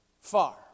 Far